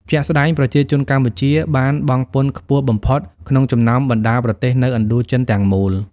ជាក់ស្ដែង ប្រជាជនកម្ពុជាបានបង់ពន្ធខ្ពស់បំផុតក្នុងចំណោមបណ្ដាប្រទេសនៅឥណ្ឌូចិនទាំងមូល។